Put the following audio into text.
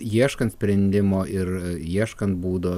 ieškant sprendimo ir ieškant būdo